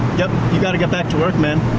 yep, you gotta get back to work man